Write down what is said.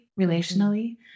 relationally